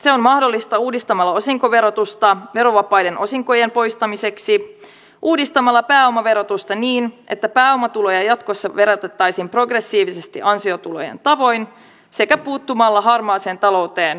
se on mahdollista uudistamalla osinkoverotusta verovapaiden osinkojen poistamiseksi uudistamalla pääomaverotusta niin että pääomatuloja jatkossa verotettaisiin progressiivisesti ansiotulojen tavoin sekä puuttumalla harmaaseen talouteen ja veronkiertoon